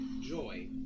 joy